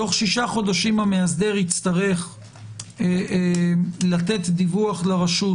תוך שישה חודשים המאסדר יצטרך לתת דיווח לרשות,